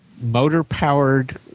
motor-powered